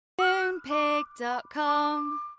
Moonpig.com